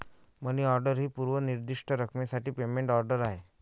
मनी order ही पूर्व निर्दिष्ट रकमेसाठी पेमेंट ऑर्डर आहे